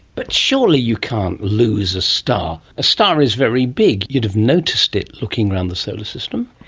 but surely you can't lose a star? a star is very big, you'd have noticed it, looking around the solar system.